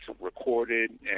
recorded